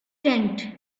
tent